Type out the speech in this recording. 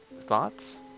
thoughts